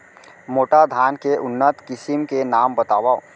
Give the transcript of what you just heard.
मोटा धान के उन्नत किसिम के नाम बतावव?